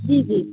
جی جی